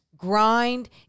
grind